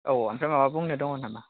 औ ओमफ्राय माबा बुंनो दङ नामा